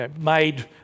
made